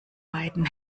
beiden